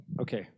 Okay